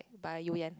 by Youyenn